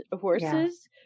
horses